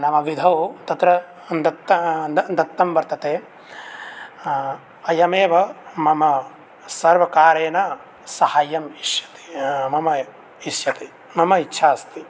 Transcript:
नाम विधौ तत्र दत्तं वर्तते अयमेव मम सर्वकारेण साहाय्यं इष्यति मम इष्यति मम इच्छा अस्ति